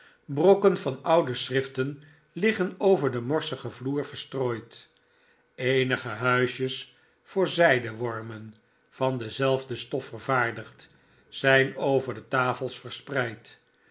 brokken van oude schriften liggen over den morsigen vloer verstrooid eenige huisjes voor zijdewormen van dezelfde stof vervaardigd zijn over de tafels verspreid